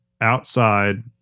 outside